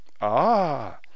Ah